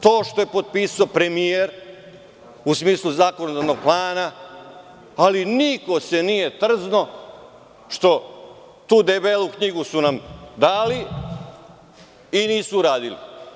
To što je potpisao premijer, u smislu zakonodavnog plana, ali niko se nije trznuo što tu debelu knjigu su nam dali i nisu uradili.